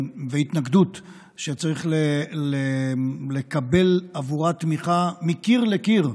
להתנגדות שצריך לקבל עבורה תמיכה מקיר לקיר,